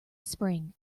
spring